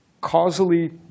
causally